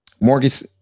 mortgage